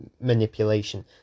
manipulation